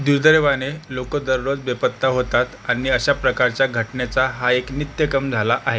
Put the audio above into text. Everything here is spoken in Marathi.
दुर्दैवाने लोक दररोज बेपत्ता होतात आणि अशा प्रकारच्या घटनेचा हा एक नित्यक्रम झाला आहे